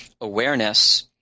awareness